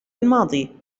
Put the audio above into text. الماضي